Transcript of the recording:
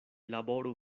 laboru